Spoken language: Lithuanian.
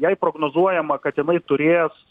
jai prognozuojama kad jinai turės